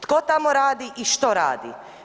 Tko tamo radi i što radi?